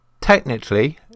Technically